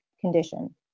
condition